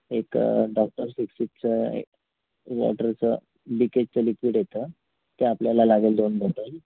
एक डॉक्टर फिक्सिटचं वॉटरचं लिकेजचं लिक्विड येतं ते आपल्याला लागेल दोन बॉटल